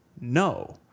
No